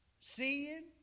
seeing